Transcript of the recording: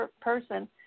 person